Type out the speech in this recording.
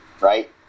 right